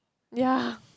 ya